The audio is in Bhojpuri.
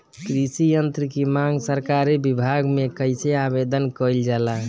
कृषि यत्र की मांग सरकरी विभाग में कइसे आवेदन कइल जाला?